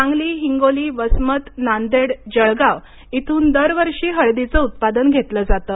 सांगली हिंगोली वसमत नांदेड जळगाव इथून दरवर्षी हळदीचे उत्पादन घेतले जाते